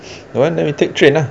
don't then we take train lah